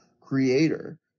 creator